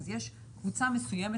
אז יש קבוצה מסוימת,